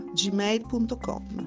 gmail.com